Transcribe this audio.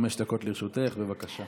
חמש דקות לרשותך, בבקשה.